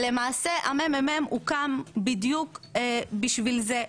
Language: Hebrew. למעשה המ.מ.מ הוקם בדיוק בשביל זה,